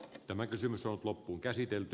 tämä kysymys on loppuunkäsitelty